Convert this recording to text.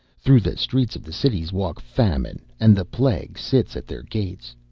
through the streets of the cities walks famine, and the plague sits at their gates.